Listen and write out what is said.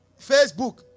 Facebook